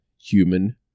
human